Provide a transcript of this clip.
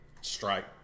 strike